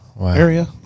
area